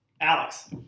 Alex